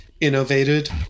innovated